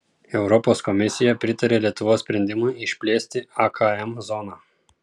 europos komisija pritarė lietuvos sprendimui išplėsti akm zoną